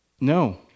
No